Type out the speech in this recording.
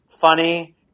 funny